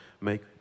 make